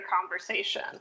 conversation